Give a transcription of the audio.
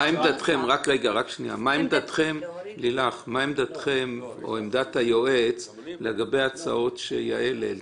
מה עמדתכם או עמדת היועץ לגבי ההצעות שחברת הכנסת גרמן העלתה?